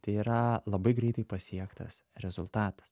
tai yra labai greitai pasiektas rezultatas